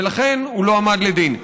ולכן הוא לא עמד לדין.